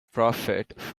profit